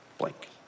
blank